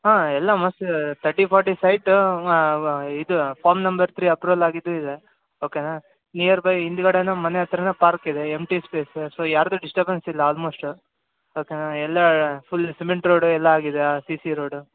ಹಾಂ ಎಲ್ಲ ಮಸ್ತ್ ತರ್ಟಿ ಫೋರ್ಟಿ ಸೈಟ ಇದು ಫಾಮ್ ನಂಬರ್ ತ್ರೀ ಅಪ್ರೂವಲ್ ಆಗಿದ್ದು ಇದೆ ಓಕೆನ ನೀಯರ್ಬೈ ಹಿಂದುಗಡೆನು ಮನೆ ಹತ್ತಿರನೆ ಪಾರ್ಕಿದೆ ಎಮ್ಟಿ ಸ್ಪೇಸು ಸೊ ಯಾರದ್ದು ಡಿಸ್ಟಬೆನ್ಸ್ ಇಲ್ಲ ಅಲ್ಮೋಸ್ಟ ಓಕೆನ ಎಲ್ಲ ಫುಲ್ ಸಿಮೆಂಟ್ ರೋಡು ಎಲ್ಲ ಆಗಿದೆ ಹಾಂ ಸಿ ಸಿ ರೋಡು